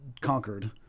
conquered